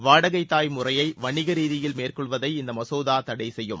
வாடகைத் தாய் முறையை வணிக ரீதியில் மேற்கொள்வதை இந்த மசோதா தடை செய்யும்